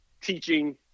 teaching